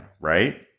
right